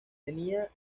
tenía